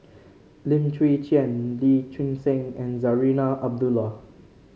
Lim Chwee Chian Lee Choon Seng and Zarinah Abdullah